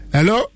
Hello